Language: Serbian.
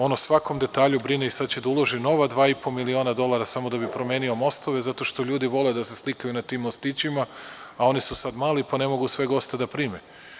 On o svakom detalju brine i sada će da uloži nova 2,5 miliona dolara samo da bi promenio mostove zato što ljudi vole da se slikaju na tim mostićima, a oni su sada mali pa ne mogu sve goste da prime.